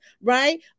right